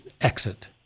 exit